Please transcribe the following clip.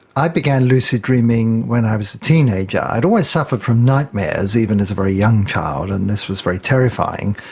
i began lucid dreaming when i was a teenager. i'd always suffered from nightmares, even as a very young child, and this was very terrifying.